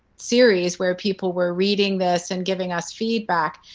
series where people were reading this and giving us feedback.